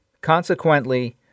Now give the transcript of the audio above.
Consequently